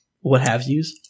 what-have-yous